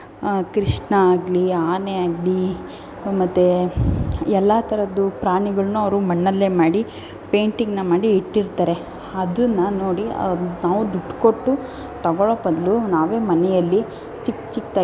ಕೃಷ್ಣ ಆಗಲಿ ಆನೆ ಆಗಲಿ ಮತ್ತು ಎಲ್ಲ ಥರದ್ದು ಪ್ರಾಣಿಗಳ್ನೂ ಅವರು ಮಣ್ಣಲ್ಲೇ ಮಾಡಿ ಪೇಂಯ್ಟಿಂಗ್ನ ಮಾಡಿ ಇಟ್ಟಿರ್ತಾರೆ ಅದನ್ನು ನೋಡಿ ನಾವು ದುಡ್ಡು ಕೊಟ್ಟು ತಗೊಳ್ಳೋ ಬದಲು ನಾವೇ ಮನೆಯಲ್ಲಿ ಚಿಕ್ಕ ಚಿಕ್ಕದಾಗಿ